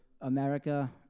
America